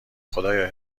خدایا